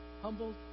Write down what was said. humbled